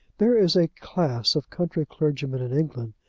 there is a class of country clergymen in england,